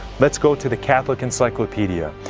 let's go to the catholic encyclopedia.